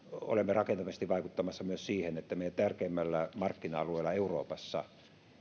olemme rakentavasti vaikuttamassa myös siihen että meidän tärkeimmällä markkina alueellamme euroopassa